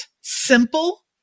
simple